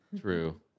True